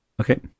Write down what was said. Okay